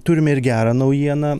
turime ir gerą naujieną